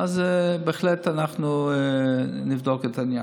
בהחלט אנחנו נבדוק את העניין.